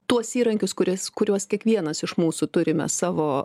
tuos įrankius kurias kuriuos kiekvienas iš mūsų turime savo